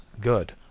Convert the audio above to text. good